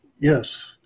Yes